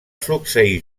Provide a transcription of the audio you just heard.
succeir